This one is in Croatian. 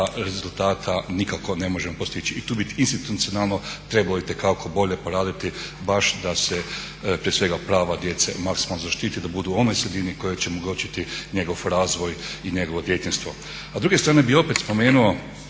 rezultata nikako ne možemo postići. I tu bi institucionalno trebalo itekako bolje proraditi baš da se prije svega prava djece maksimalno zaštiti da budu u onoj sredini koja će omogućiti njegov razvoj i njegovo djetinjstvo. A s druge strane bih opet spomenuo,